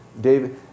David